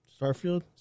Starfield